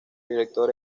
director